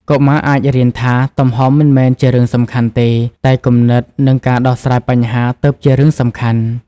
កុមារអាចរៀនថា ទំហំមិនមែនជារឿងសំខាន់ទេ តែគំនិតនិងការដោះស្រាយបញ្ហាទើបជារឿងសំខាន់។